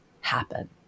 happen